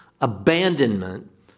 abandonment